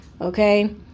Okay